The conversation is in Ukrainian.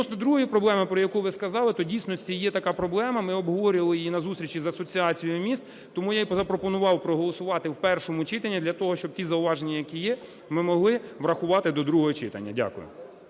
другої проблеми, про яку ви сказали, то в дійсності є така проблема, ми обговорювали її на зустрічі з Асоціацією міст, тому я і запропонував проголосувати в першому читанні для того, щоб ті зауваження, які є, ми могли врахувати до другого читання. Дякую.